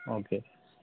okay